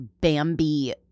Bambi